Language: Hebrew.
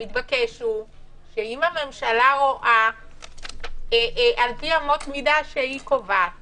המתבקש הוא שאם הממשלה רואה על פי אמות מידה שהיא קובעת